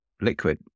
liquid